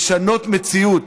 משנות מציאות.